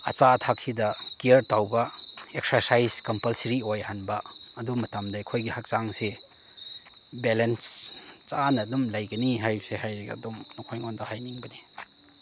ꯑꯆꯥ ꯑꯊꯛꯁꯤꯗ ꯀꯤꯌꯔ ꯇꯧꯕ ꯑꯦꯛꯁꯔꯁꯥꯏꯁ ꯀꯝꯄꯜꯁꯔꯤ ꯑꯣꯏꯍꯟꯕ ꯑꯗꯨ ꯃꯇꯝꯗ ꯑꯩꯈꯣꯏꯒꯤ ꯍꯛꯆꯥꯡꯁꯤ ꯕꯦꯂꯦꯟꯁ ꯆꯥꯅ ꯑꯗꯨꯝ ꯂꯩꯒꯅꯤ ꯍꯥꯏꯕꯁꯦ ꯍꯥꯏꯖꯒꯦ ꯑꯗꯨꯝ ꯅꯈꯣꯏꯉꯣꯟꯗ ꯍꯥꯏꯅꯤꯡꯕꯅꯤ